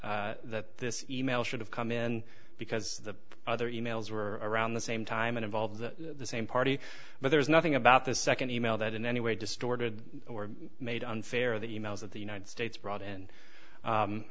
s that this e mail should have come in because the other e mails were around the same time and involved the same party but there's nothing about this second e mail that in any way distorted or made unfair the e mails that the united states brought in